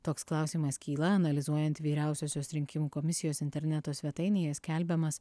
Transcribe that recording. toks klausimas kyla analizuojant vyriausiosios rinkimų komisijos interneto svetainėje skelbiamas